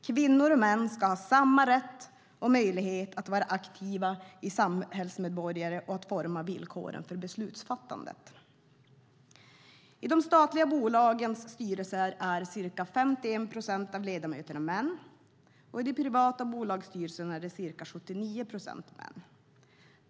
Kvinnor och män ska ha samma rätt och möjlighet att vara aktiva samhällsmedborgare och forma villkoren för beslutsfattande. I de statliga bolagens styrelser är ca 51 procent av ledamöterna män; i de privata bolagens styrelser är ca 79 procent män.